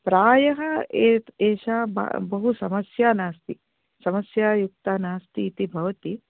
प्रायः एत् एषा वा बहु समस्या नास्ति समस्या युक्ता नास्ति इति भवति